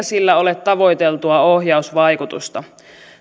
sillä ole tavoiteltua ohjausvaikutusta